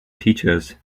teachers